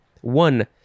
One-